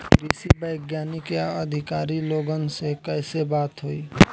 कृषि वैज्ञानिक या अधिकारी लोगन से कैसे बात होई?